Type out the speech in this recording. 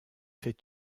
fait